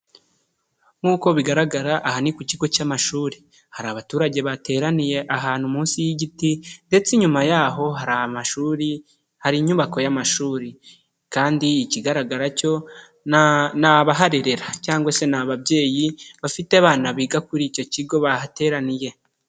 Nkuko bigaragara aha ni ku kigo cy'amashuri, hari abaturage bateraniye ahantu munsi y'igiti ndetse inyuma yaho hari amashuri, hari inyubako y'amashuri kandi ikigaragara cyo ni abaharerera cyangwa se ni ababyeyi bafite abana biga kuri icyo kigo, bahateraniye.